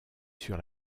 sur